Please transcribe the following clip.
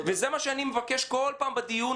וזה מה שאני מבקש בכל פעם בדיון,